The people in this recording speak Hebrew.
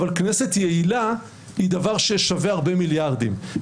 אבל כנסת יעילה היא דבר ששווה הרבה מיליארדים.